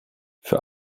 für